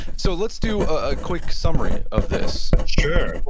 so let's do a quick summary of this sure.